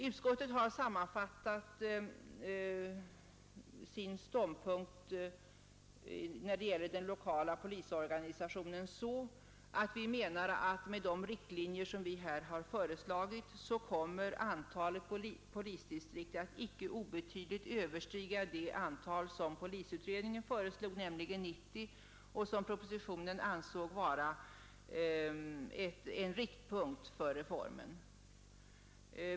Utskottet har sammanfattat sin ståndpunkt när det gäller den lokala polisorganisationen så, att vi menar att antalet polisdistrikt med de riktlinjer som vi här föreslagit kommer att icke obetydligt överstiga det antal som polisutredningen föreslagit, nämligen 90, och som propositionen ansåg vara en riktpunkt för reformen.